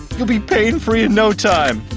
you'll be pain-free in no time.